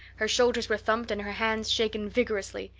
her shoulders were thumped and her hands shaken vigorously.